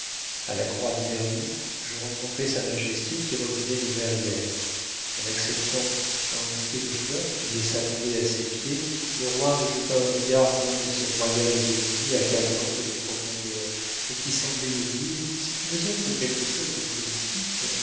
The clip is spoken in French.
a la croix de berny je rencontrai sa majesté qui revenait de verrières en acceptant un bouquet de fleurs qu'il laissa tomber à ses pieds le roi me jeta un regard plein de ces royales ironies accablantes de profondeur et qui semblait me dire si tu veux être quelque chose en politique